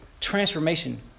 transformation